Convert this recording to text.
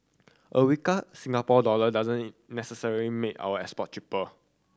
a weaker Singapore dollar doesn't necessarily make our export cheaper